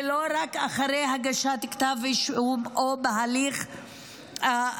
ולא רק אחרי הגשת כתב אישום או בהליך המשפטי.